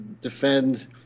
defend